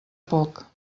poc